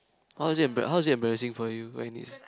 how is it embarra~ how is it embarrassing for you when it's